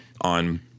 on